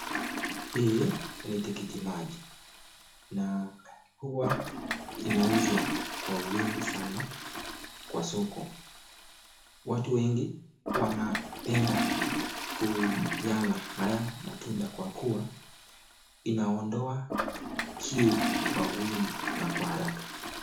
Hii ni tikiti maji na huwa inauzwa kwa wingi sana kwa soko. Watu wengi sana wanapenda kuyala haya matunda kwa kuwa inaondoa kiu kwa wingi na kwa haraka.